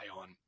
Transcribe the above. on